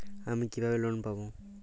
আমি কিভাবে লোন পাব?